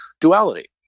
duality